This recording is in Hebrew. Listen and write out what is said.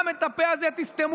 גם את הפה הזה תסתמו.